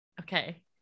Okay